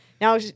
Now